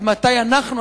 עד מתי אנחנו,